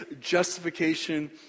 justification